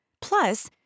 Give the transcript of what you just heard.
Plus